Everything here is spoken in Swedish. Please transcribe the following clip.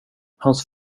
hans